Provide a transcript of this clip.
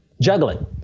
juggling